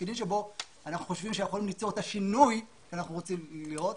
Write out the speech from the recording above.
תפקידים בהם אנחנו חושבים שיכולנו ליצור את השינוי שאנחנו רוצים לראות